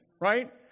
right